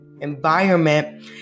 environment